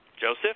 Joseph